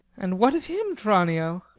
and what of him, tranio?